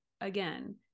again